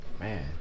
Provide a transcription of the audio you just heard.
Man